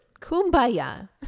Kumbaya